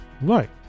right